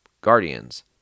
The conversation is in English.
Guardians